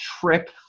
trip